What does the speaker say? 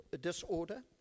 disorder